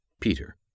Peter